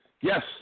Yes